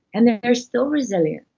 and they're still resilient.